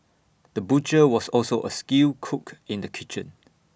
the butcher was also A skilled cook in the kitchen